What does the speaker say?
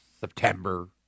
September